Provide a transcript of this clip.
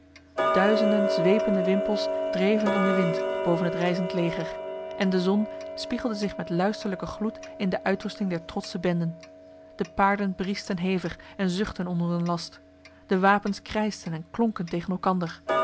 duizenden zwepende wimpels dreven in de wind boven het reizend leger en de zon spiegelde zich met luisterlijke gloed in de uitrusting der trotse benden de paarden briesten hevig en zuchtten onder hun last de wapens krijsten en klonken tegen elkander